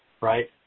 right